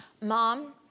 Mom